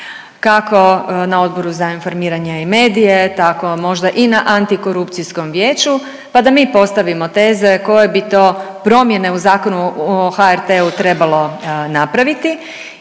kako na Odboru za informiranje i medije, tako možda i na Antikorupcijskom vijeću pa da mi postavimo teze koje bi to promjene u Zakonu o HRT-u trebalo napraviti